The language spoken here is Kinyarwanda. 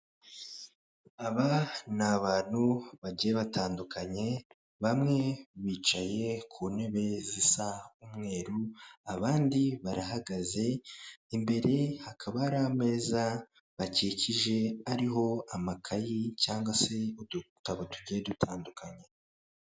Aba ni abantu bagiye batandukanye, bamwe bicaye ku ntebe zisa umweru abandi barahagaze, imbere hakaba hari ameza bakikije ariho amakayi cyangwa se udutabo tugiye dutandukanye.